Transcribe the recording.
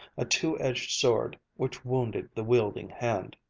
a two-edged sword which wounded the wielding hand.